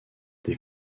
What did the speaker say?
des